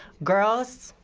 girls,